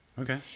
okay